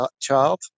child